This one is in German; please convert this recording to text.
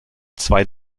zwei